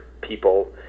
people